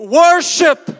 worship